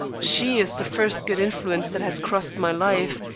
she is the first good influence that has crossed my life,